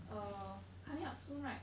uh coming up soon right